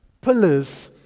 Pillars